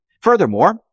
furthermore